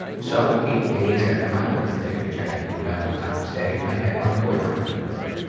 so, eight days after my birthday, which happened to be valentine's day, i had my boyfriend come over.